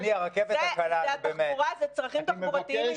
זאת התחבורה, אלה צרכים תחבורתיים.